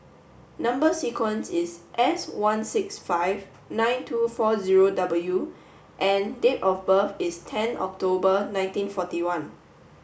number sequence is S one six five nine two four zero W and date of birth is ten October nineteen forty one